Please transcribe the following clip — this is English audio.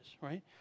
right